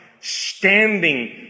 standing